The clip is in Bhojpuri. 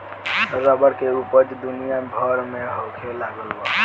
रबर के ऊपज दुनिया भर में होखे लगल बा